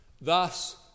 Thus